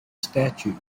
statue